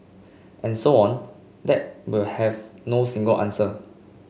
and so on that will have no single answer